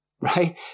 right